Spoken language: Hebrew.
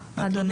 אדוני.